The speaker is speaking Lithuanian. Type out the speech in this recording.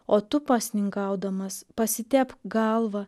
o tu pasninkaudamas pasitepk galvą